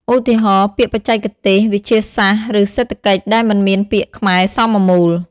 ឧទាហរណ៍ ពាក្យបច្ចេកទេសវិទ្យាសាស្ត្រឬសេដ្ឋកិច្ចដែលមិនមានពាក្យខ្មែរសមមូល។